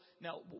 now